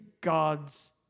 God's